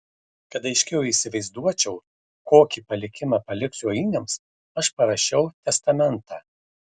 kad aiškiau įsivaizduočiau kokį palikimą paliksiu ainiams aš parašiau testamentą